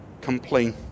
complain